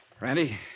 Randy